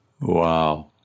Wow